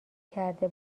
کرده